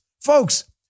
Folks